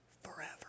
forever